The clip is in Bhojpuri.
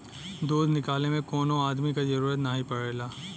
दूध निकाले में कौनो अदमी क जरूरत नाही पड़ेला